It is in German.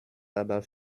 aber